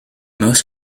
most